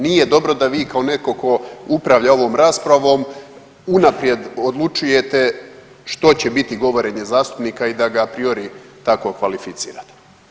Nije dobro da vi kao netko tko upravlja ovom raspravom unaprijed odlučujete što će biti govorenje zastupnika i da ga priori tako kvalificirate.